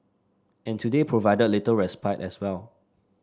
and today provided little respite as well